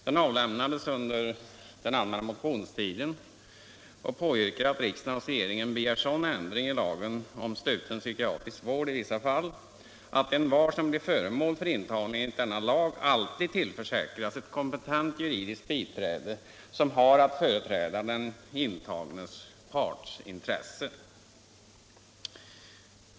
Den väcktes under den allmänna motionstiden och påyrkar att riksdagen hos regeringen begär sådan ändring i lagen om sluten psykiatrisk vård i vissa fall att envar som blir föremål för intagning enligt denna lag alltid tillförsäkras ett kompetent juridiskt biträde som har att företräda den intagnes partsintresse.